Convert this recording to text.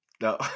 No